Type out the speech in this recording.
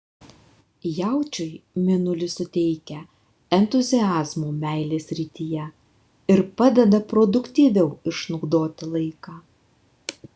jaučiui mėnulis suteikia entuziazmo meilės srityje ir padeda produktyviau išnaudoti laiką